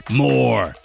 more